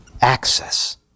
access